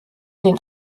den